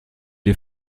est